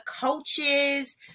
coaches